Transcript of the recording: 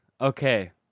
Okay